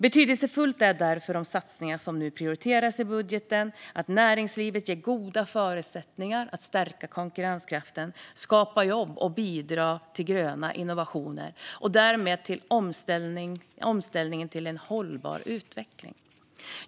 Betydelsefulla är därför de satsningar som nu prioriteras i budgeten: att näringslivet ges goda förutsättningar att stärka konkurrenskraften, skapa jobb och bidra till gröna innovationer - och därmed till omställningen till en hållbar utveckling.